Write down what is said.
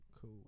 Cool